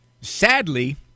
Sadly